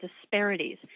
disparities